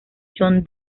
john